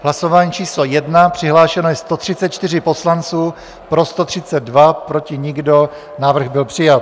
Hlasování číslo 1, přihlášeno je 134 poslanců, pro 132, proti nikdo, návrh byl přijat.